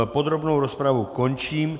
Podrobnou rozpravu končím.